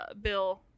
bill